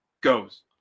goes